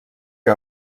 que